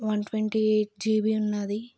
one twenty eight GB ఉన్నది